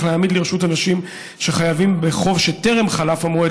להעמיד לרשות אנשים שחייבים בחוב שטרם חלף המועד